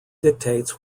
dictates